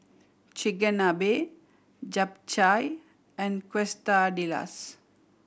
Chigenabe Japchae and Quesadillas